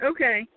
Okay